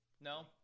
No